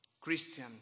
Christian